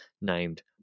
named